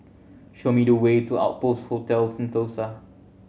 show me the way to Outpost Hotel Sentosa